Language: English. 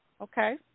Okay